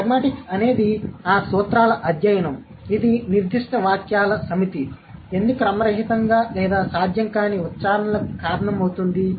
pragmatics అనేది ఆ సూత్రాల అధ్యయనం ఇది నిర్దిష్ట వాక్యాల సమితి ఎందుకు క్రమరహితంగా లేదా సాధ్యం కాని ఉచ్చారణలకు కారణమవుతుంది